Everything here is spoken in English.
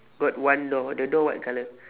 got one door the door what colour